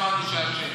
שמענו שאשם.